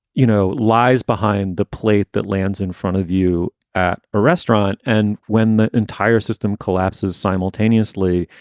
you know, lies behind the plate that lands in front of you at a restaurant. and when the entire system collapses simultaneously,